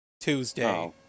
Tuesday